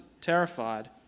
terrified